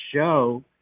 show